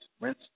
rinse